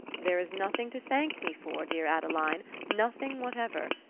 there is nothing to thank me for, dear adeline nothing whatever.